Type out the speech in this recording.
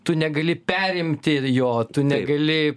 tu negali perimt ir jo tu negali